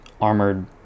armored